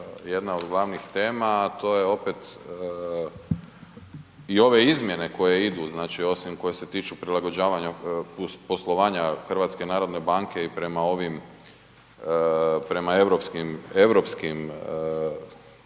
jedna od glavnih tema a to je opet i ove izmjene koje idu, znači osim koje se tiču prilagođavanja plus poslovanja HNB-a i prema ovim, prema europskim